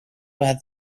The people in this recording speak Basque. bat